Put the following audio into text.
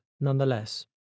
nonetheless